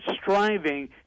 striving